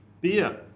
Beer